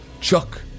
Chuck